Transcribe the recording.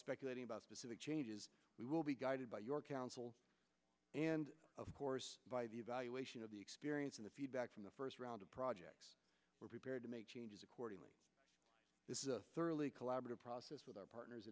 speculating about specific changes we will be guided by your council and of course evaluation of the experience in the feedback from the first round of projects we're prepared to make changes accordingly this is a thoroughly collaborative process with our partners